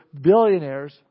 billionaires